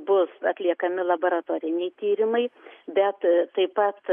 bus atliekami laboratoriniai tyrimai bet taip pat